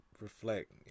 reflect